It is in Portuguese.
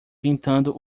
pintando